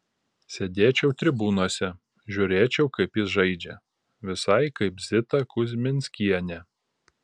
sėdėčiau tribūnose žiūrėčiau kaip jis žaidžia visai kaip zita kuzminskienė